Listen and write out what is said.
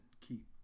keep